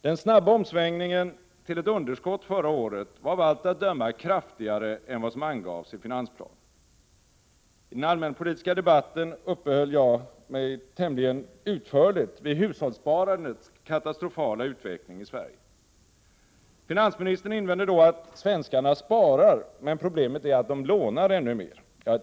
Den snabba omsvängningen till ett underskott förra året var av allt att döma kraftigare än vad som angavs i finansplanen. I den allmänpolitiska debatten uppehöll jag mig tämligen utförligt vid hushållssparandets katastrofala utveckling i Sverige. Finansministern invände att svenskarna sparar, men problemet är att de lånar ännu mer.